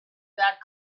that